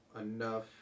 enough